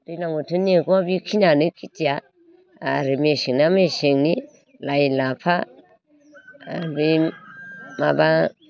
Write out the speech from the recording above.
दैज्लां बोथोरनि मैगंआ बेखिनियानो खेथिया आरो मेसेंना मेसेंनि लाइ लाफा बे माबा